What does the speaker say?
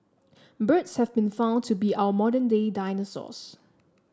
birds have been found to be our modern day dinosaurs